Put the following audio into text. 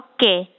Okay